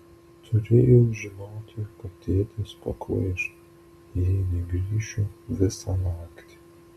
turėjau žinoti kad tėtis pakvaiš jei negrįšiu visą naktį